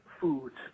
foods